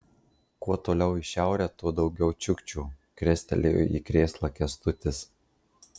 kuo toliau į šiaurę tuo daugiau čiukčių krestelėjo į krėslą kęstutis